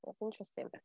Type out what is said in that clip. interesting